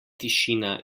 tišina